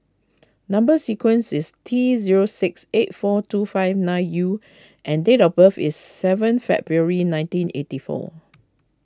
Number Sequence is T zero six eight four two five nine U and date of birth is seven February nineteen eighty four